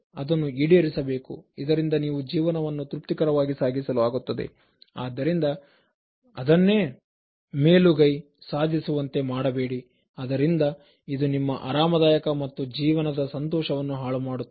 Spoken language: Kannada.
ಅದನ್ನು ಈಡೇರಿಸಬೇಕು ಇದರಿಂದ ನೀವು ಜೀವನವನ್ನು ತೃಪ್ತಿಕರವಾಗಿ ಸಾಗಿಸಲು ಆಗುತ್ತದೆ ಆದ್ದರಿಂದ ಅದನ್ನೇ ಬೇಲೂರು ಸಾಧಿಸುವಂತೆ ಮಾಡಬೇಡಿ ಅದರಿಂದ ಇದು ನಿಮ್ಮ ಆರಾಮದಾಯಕ ಮತ್ತು ಜೀವನದ ಸಂತೋಷವನ್ನು ಹಾಳು ಮಾಡುತ್ತದೆ